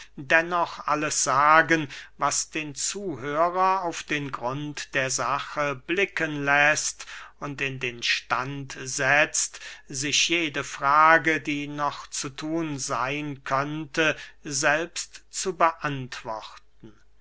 dennoch alles sagen was den zuhörer auf den grund der sache blicken läßt und in den stand setzt sich jede frage die noch zu thun seyn könnte selbst zu beantworten